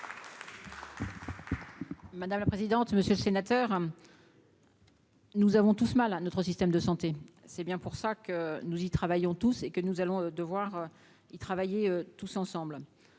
Madame la présidente, monsieur le sénateur. Nous avons tous mal à notre système de santé, c'est bien pour ça que nous y travaillons tous et que nous allons devoir y travailler tous ensemble,